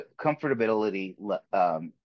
comfortability